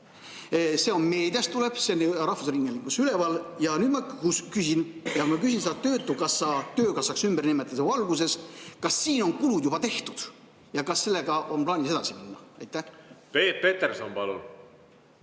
tuleb meediast, see oli rahvusringhäälingus üleval. Nüüd ma küsin, ja ma küsin seda töötukassa töökassaks ümbernimetamise valguses: kas siin on kulud juba tehtud ja kas sellega on plaanis edasi minna? Peep Peterson, palun!